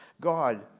God